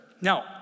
Now